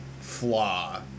flaw